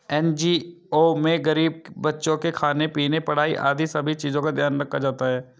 NGO में गरीब बच्चों के खाने पीने, पढ़ाई आदि सभी चीजों का ध्यान रखा जाता है